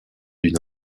d’une